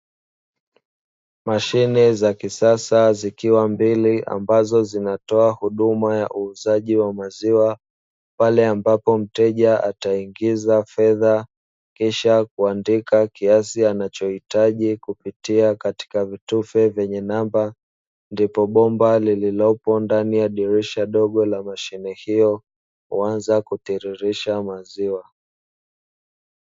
Mashine ya kisasa zikiwa mbili ambazo zinatoa huduma ya uuzaji wa maziwa pale ambapo mteja ataingiza fedha kisha kuandika kiasi anachohitaji, kupitia katika vitufe vyenye namba ndipo bomba lililopo ndani ya dirisha dogo la mashine hiyo huanza kutiririsha maziwa.